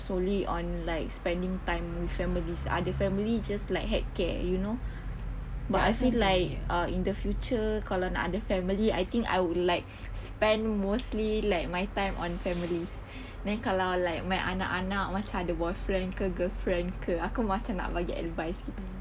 solely on like spending time with families other families just like heck care you know but I feel like in the future kalau nak ada family I think I would like spent mostly like my time on families then kalau like my anak-anak macam ada boyfriend ke girlfriend ke aku macam nak bagi advice sikit